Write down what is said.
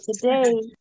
today